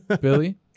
Billy